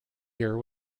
gear